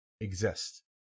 Exist